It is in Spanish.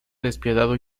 despiadado